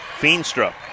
Feenstra